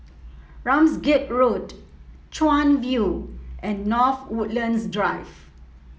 Ramsgate Road Chuan View and North Woodlands Drive